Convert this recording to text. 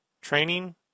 training